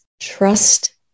trust